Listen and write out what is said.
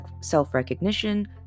self-recognition